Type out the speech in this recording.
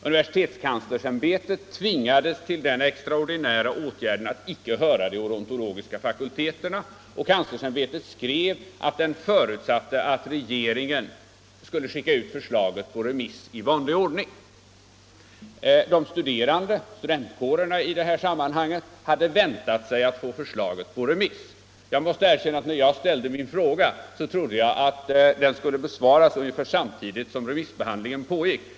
Universitetskanslersämbetet tvingades till den extraordinära åtgärden att icke höra de odontologiska fakulteterna, och kanslersämbetet skrev att man förutsatte att regeringen skulle skicka ut förslaget på remiss i vanlig ordning. Studentkårerna hade väntat sig att få förslaget på remiss. Jag måste erkänna att jag, när jag ställde min fråga, trodde att den skulle besvaras ungefär samtidigt som remissbehandlingen pågick.